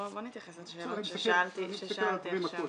בוא נתייחס למה ששאלתי עכשיו.